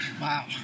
Wow